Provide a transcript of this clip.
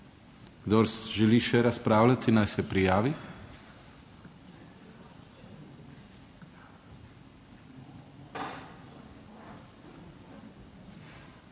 Kdor želi še razpravljati, naj se prijavi.